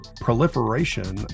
proliferation